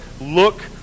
look